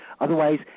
Otherwise